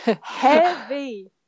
heavy